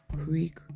Creek